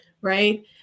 right